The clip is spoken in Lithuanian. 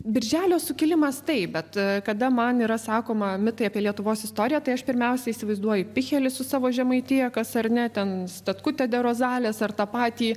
birželio sukilimas taip bet kada man yra sakoma mitai apie lietuvos istoriją tai aš pirmiausia įsivaizduoju pichelį su savo žemaitija kas ar ne ten statkutė de rozales ar tą patį